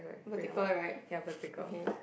vertical right okay